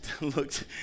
looked